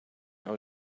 our